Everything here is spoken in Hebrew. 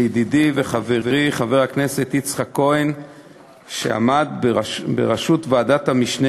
לידידי וחברי חבר הכנסת יצחק כהן שעמד בראשות ועדת המשנה